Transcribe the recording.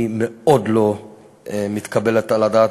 היא מאוד לא מתקבלת על הדעת.